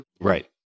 Right